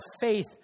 faith